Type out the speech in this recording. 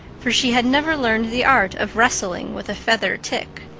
for she had never learned the art of wrestling with a feather tick.